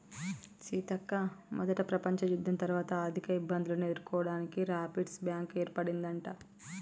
సీతక్క మొదట ప్రపంచ యుద్ధం తర్వాత ఆర్థిక ఇబ్బందులను ఎదుర్కోవడానికి రాపిర్స్ బ్యాంకు ఏర్పడిందట